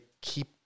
keep